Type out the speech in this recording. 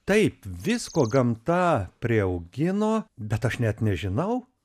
taip visko gamta priaugino bet aš net nežinau